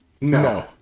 no